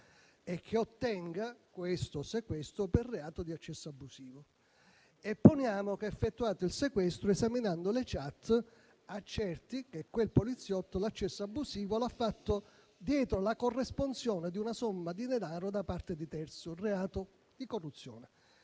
e ottenga questo sequestro per reato di accesso abusivo. Poniamo che, effettuato il sequestro, esaminando le *chat*, accerti che quel poliziotto l'accesso abusivo l'ha fatto dietro la corresponsione di una somma di denaro da parte di terzo (reato di corruzione).